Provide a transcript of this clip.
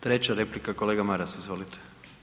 Treća replika, kolega Maras, izvolite.